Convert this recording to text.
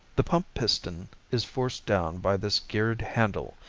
the pump piston is forced down by this geared handle,